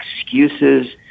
excuses